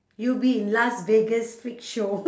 you'll be in las vegas freak show